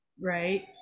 right